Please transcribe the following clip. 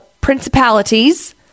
principalities